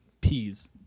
Peas